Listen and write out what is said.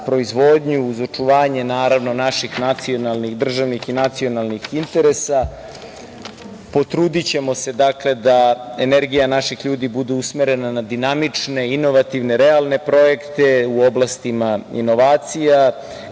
proizvodnju, uz očuvanje, naravno, naših državnih i nacionalnih interesa, potrudićemo se da energija naših ljudi bude usmerena na dinamične, inovativne, realne projekte u oblastima inovacija,